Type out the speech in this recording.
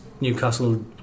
Newcastle